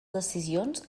decisions